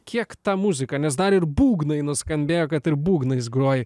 kiek ta muzika nes dar ir būgnai nuskambėjo kad ir būgnais groji